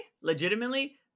legitimately